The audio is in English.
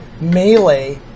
Melee